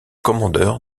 commandeur